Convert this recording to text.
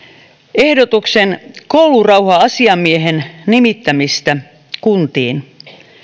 ehdotuksen koulurauha asiamiehen nimittämisestä kuntiin